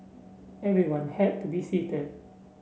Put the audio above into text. everyone had to be seated